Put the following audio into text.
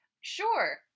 sure